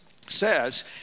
says